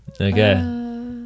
Okay